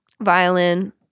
Violin